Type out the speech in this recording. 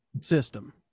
system